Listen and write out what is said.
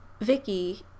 vicky